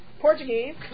Portuguese